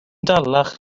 dalach